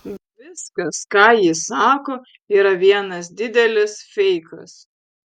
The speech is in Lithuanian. viskas ką jis sako yra vienas didelis feikas